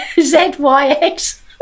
Z-Y-X